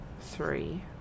three